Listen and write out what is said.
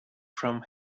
from